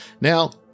Now